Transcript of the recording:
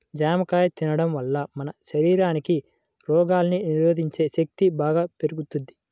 జాంకాయ తిండం వల్ల మన శరీరానికి రోగాల్ని నిరోధించే శక్తి బాగా పెరుగుద్ది